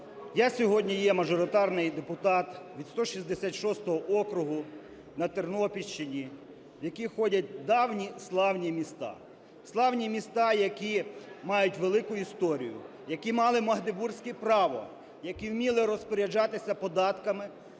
Я сьогодні є мажоритарний депутат від 166 округу на Тернопільщині, в який входять давні славні міста. Славні міста, які мають велику історію, які мали Магдебурзьке право, які вміли розпоряджатися податками,